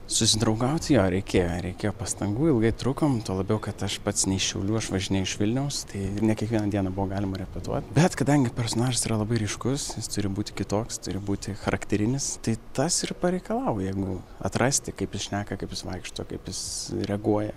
susidraugaut su juo reikėjo reikėjo pastangų ilgai trukom tuo labiau kad aš pats ne iš šiaulių aš važinėju iš vilniaus tai ir ne kiekvieną dieną buvo galima repetuot bet kadangi personažas yra labai ryškus jis turi būti kitoks turi būti charakterinis tai tas ir pareikalavo jėgų atrasti kaip jis šneka kaip jis vaikšto kaip jis reaguoja